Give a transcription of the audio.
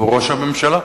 הוא ראש הממשלה.